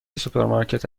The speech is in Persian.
سوپرمارکت